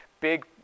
big